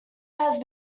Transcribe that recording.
had